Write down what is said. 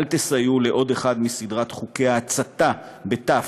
אל תסייעו לעוד אחד מסדרת חוקי ההצתה, בצד"י,